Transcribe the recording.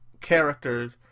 characters